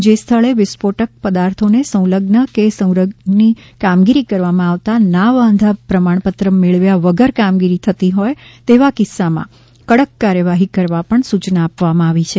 જે સ્થળે વિસ્ફોટક પદાર્થોને સંલઝન કે સંગ્રહની કામગીરી કરવામાં આવતા ના વાંધા પ્રમાણપત્ર મેળવ્યા વગર કામગીરી થતી હોય તેવા કિસ્સામાં કડક કાર્યવાહરી કરવાની સૂચના આપવામાં આવી છે